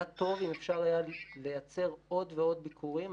היה טוב אם אפשר היה לייצר עוד ועוד ביקורים.